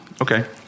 Okay